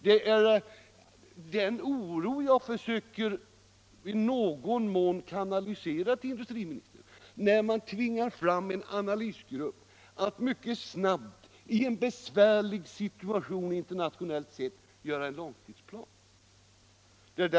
Det är den oron som jag försöker att i någon mån kanalisera till industriministern, när man tvingar en analysgrupp att mycket snabbt i en besvärlig situation internationellt sett göra en långtidsplan.